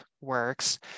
works